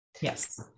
Yes